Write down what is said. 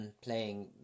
playing